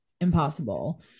impossible